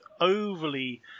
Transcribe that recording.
overly